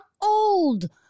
old